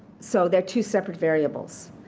so they're two separate variables.